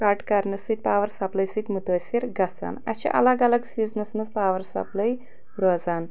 کٹ کرنہٕ سۭتۍ power supply سۭتۍ مُتٲثر گژھان اسہِ چھِ الگ الگ سیٖزنس منٛز پاور سپلاے روزان